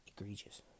egregious